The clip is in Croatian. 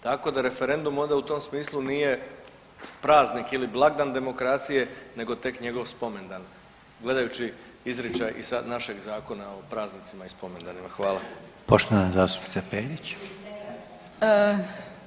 Tako da referendum ode u tom smislu nije praznik ili blagdan demokracije nego tek njegov spomendan gledajući izričaj i našeg Zakona o praznicima i spomendanima.